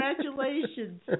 congratulations